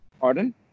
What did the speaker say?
Pardon